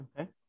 Okay